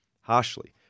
harshly